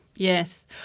Yes